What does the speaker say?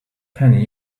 penny